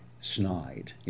snide